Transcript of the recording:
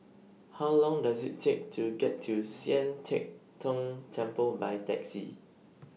How Long Does IT Take to get to Sian Teck Tng Temple By Taxi